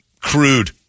crude